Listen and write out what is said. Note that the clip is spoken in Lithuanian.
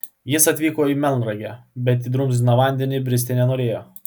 jis atvyko į melnragę bet į drumzliną vandenį bristi nenorėjo